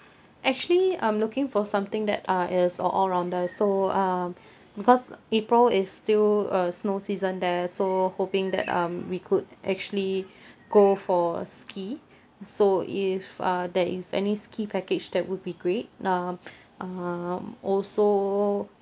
actually I'm looking for something that uh is all rounder so uh because it probably is still uh snow season there so hoping that um we could actually go for a ski so if uh there is any ski package that would be great um um also